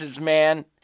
man